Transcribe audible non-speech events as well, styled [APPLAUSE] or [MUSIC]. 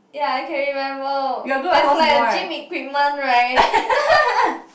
ya I can remember there's like a gym equipment right [LAUGHS]